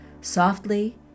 Softly